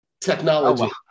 technology